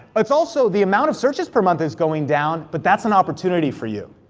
it's also the amount of searches per month is going down, but that's an opportunity for you.